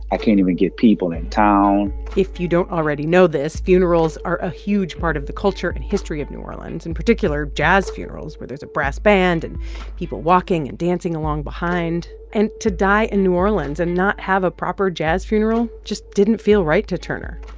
i can't even get people in town if you don't already know this, funerals are a huge part of the culture and history of new orleans in particular, jazz funerals where there's a brass band and people walking and dancing along behind. and to die in new orleans and not have a proper jazz funeral just didn't feel right to turner.